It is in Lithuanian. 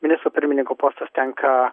ministro pirmininko postas tenka